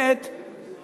כמו כן,